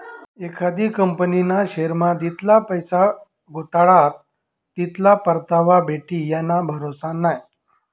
एखादी कंपनीना शेअरमा जितला पैसा गुताडात तितला परतावा भेटी याना भरोसा नै